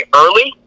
early